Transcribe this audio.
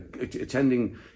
attending